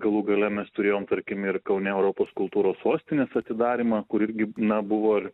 galų gale mes turėjom tarkim ir kaune europos kultūros sostinės atidarymą kur irgi na buvo